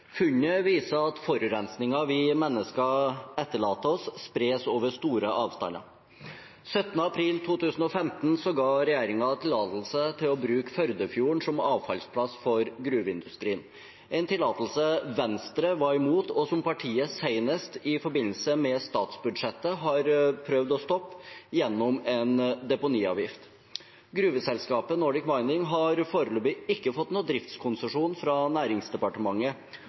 Funnet viser at forurensningen vi mennesker etterlater oss, spres over store avstander. Den 17. april 2015 ga regjeringen tillatelse til å bruke Førdefjorden som avfallsplass for gruveindustrien, en tillatelse Venstre var imot, og som partiet senest i forbindelse med statsbudsjettet har prøvd å stoppe gjennom en deponiavgift. Gruveselskapet Nordic Mining har foreløpig ikke fått noen driftskonsesjon fra Næringsdepartementet.